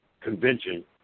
Convention